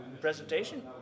presentation